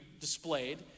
displayed